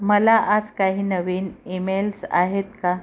मला आज काही नवीन ईमेल्स आहेत का